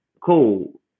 Cool